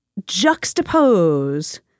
juxtapose